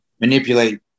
manipulate